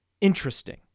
interesting